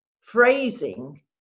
Phrasing